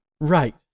Right